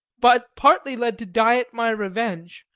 but partly led to diet my revenge,